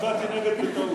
הצבעתי נגד בטעות.